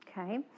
Okay